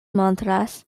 montras